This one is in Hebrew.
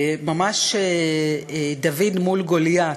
ממש דוד מול גוליית,